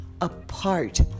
apart